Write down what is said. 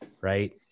Right